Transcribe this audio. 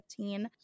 2015